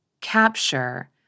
capture